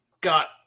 got